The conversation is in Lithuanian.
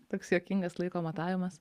toks juokingas laiko matavimas